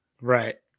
Right